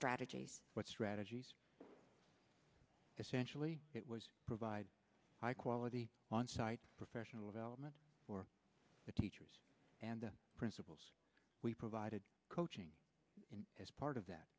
strategies what strategies essentially it was provide high quality onsite professional development for the teachers and principals we provided coaching in as part of that